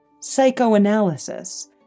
psychoanalysis